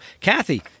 Kathy